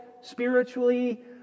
spiritually